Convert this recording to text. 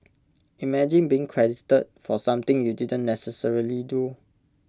imagine being credited for something you didn't necessarily do